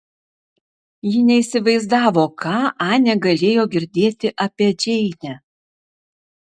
ji neįsivaizdavo ką anė galėjo girdėti apie džeinę